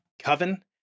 coven